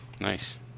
Nice